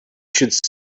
should